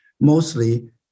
mostly